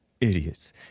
Idiots